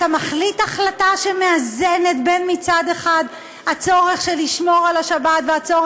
אתה מחליט החלטה שמאזנת בין הצורך לשמור על השבת מצד